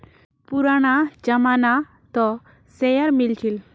पुराना जमाना त शेयर मिल छील